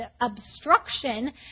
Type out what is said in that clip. obstruction